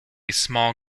small